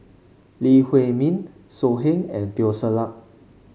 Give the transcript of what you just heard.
Lee Huei Min So Heng and Teo Ser Luck